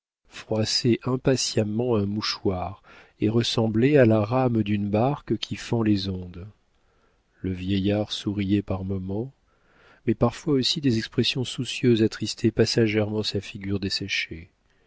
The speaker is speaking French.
froissait impatiemment un mouchoir et ressemblait à la rame d'une barque qui fend les ondes le vieillard souriait par moments mais parfois aussi des expressions soucieuses attristaient passagèrement sa figure desséchée